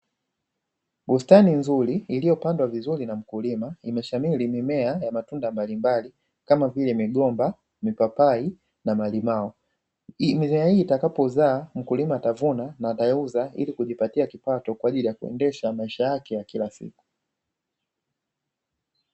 Bustani nzuri iliyopandwa vizuri na mkulima imeshamiri mimea ya matunda mbalimbali kama vile: migomba, mipapai na malimao. Mimea hii itakapozaa, mkulima atavuna na ataiuza ili kujipatia kipato kwa ajili ya kuendesha maisha yake ya kila siku.